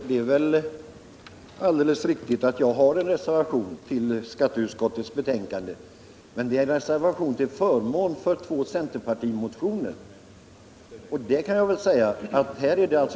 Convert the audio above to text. Herr talman! Det är alldeles riktigt att jag har avgivit en reservation till skatteutskottets betänkande, men det är en reservation till förmån för två centerpartistiska motioner.